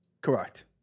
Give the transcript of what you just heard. Correct